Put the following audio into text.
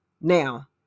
now